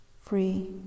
free